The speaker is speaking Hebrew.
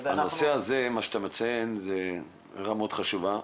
הנושא הזה שאתה מציין, זאת נקודה מאוד חשובה.